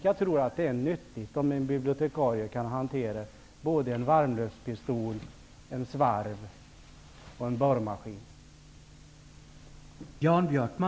Jag tror att det är nyttigt om en bibliotekarie kan hantera en varmluftspistol, en svarv och en borrmaskin.